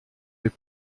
des